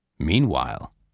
Meanwhile